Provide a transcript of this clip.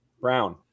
Brown